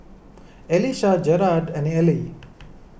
Elisha Jerad and Ellie